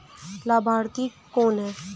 लाभार्थी कौन है?